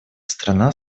страна